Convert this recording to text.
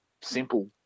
simple